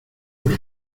por